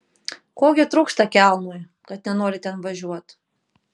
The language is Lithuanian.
ko gi trūksta kelnui kad nenori ten važiuot